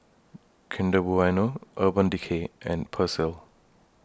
Kinder Bueno Urban Decay and Persil